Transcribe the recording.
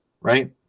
right